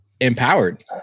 empowered